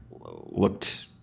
looked